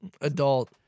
adult